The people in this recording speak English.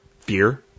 Fear